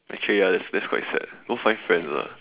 actually ya that's that's quite sad go find friends ah